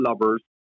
lovers